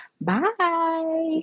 bye